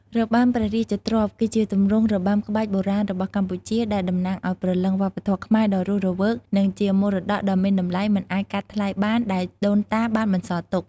របាំព្រះរាជទ្រព្យ គឺជាទម្រង់របាំក្បាច់បុរាណរបស់កម្ពុជា ដែលតំណាងឲ្យព្រលឹងវប្បធម៌ខ្មែរដ៏រស់រវើក និងជាមរតកដ៏មានតម្លៃមិនអាចកាត់ថ្លៃបាន ដែលដូនតាបានបន្សល់ទុក។